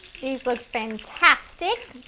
these look fantastic!